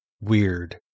weird